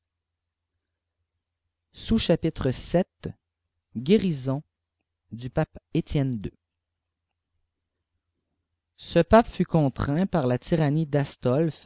guéruon du pape e tienne il ce pape fut contraint par la tyrannie d'astolphe